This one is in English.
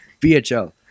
VHL